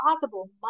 possible